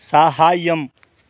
साहाय्यम्